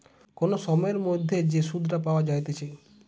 কোন দেওয়া সময়ের মধ্যে যে সুধটা পাওয়া যাইতেছে